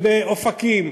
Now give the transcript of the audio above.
ובאופקים,